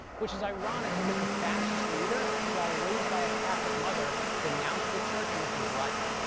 which is ironic because the fascist leader, while raised by a catholic mother, denounced the church most of his life.